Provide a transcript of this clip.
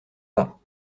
bas